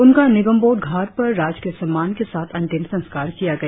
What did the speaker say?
उनका निगमबोध घाट पर राजकीय सम्मान के साथ अंतिम संस्कार किया गया